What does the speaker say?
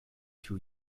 two